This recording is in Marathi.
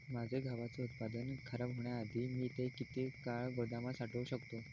माझे गव्हाचे उत्पादन खराब होण्याआधी मी ते किती काळ गोदामात साठवू शकतो?